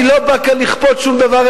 אני לא בא כאן לכפות שום דבר,